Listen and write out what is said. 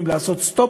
לעשות סטופ